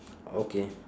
okay